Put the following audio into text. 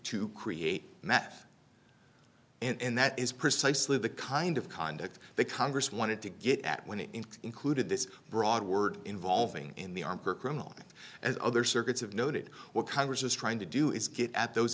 to create meth and that is precisely the kind of conduct that congress wanted to get at when it included this broad word involving in the arm for criminals as other circuits have noted what congress is trying to do is get at those